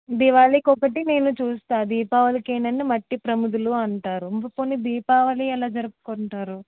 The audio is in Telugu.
దివాళీకి ఒకటి నేను చూస్తా దీపావళికి ఏంటంటే మట్టి ప్రమిదలు అంటారు పోనీ దీపావళి ఎలా జరుపుకుంటారు